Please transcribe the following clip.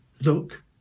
Look